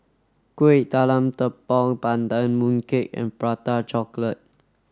Kuih Talam Tepong Pandan Mooncake and prata chocolate